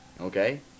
Okay